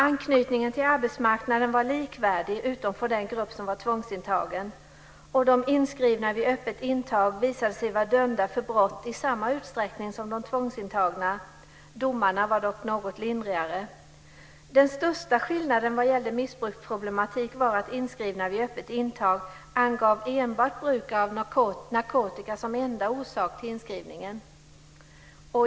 Anknytningen till arbetsmarknaden var likvärdig, utom för den grupp som var tvångsintagen. De inskrivna vid öppet intag visade sig vara dömda för brott i samma utsträckning som de tvångsintagna. Domarna var dock något lindrigare. Den största skillnaden vad gäller missbruksproblematik var att inskrivna vid öppet intag angav enbart bruk av narkotika som enda orsak till inskrivningen.